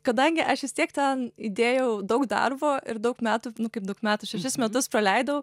kadangi aš vis tiek ten įdėjau daug darbo ir daug metų nu kaip daug metų šešis metus praleidau